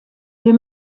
wir